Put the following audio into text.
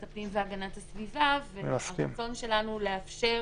הפנים והגנת הסביבה והרצון שלנו לאפשר